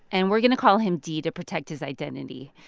and we're going to call him d to protect his identity.